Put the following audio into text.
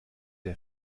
der